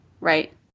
Right